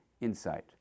insight